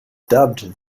dubbed